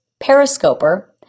periscoper